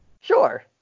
Sure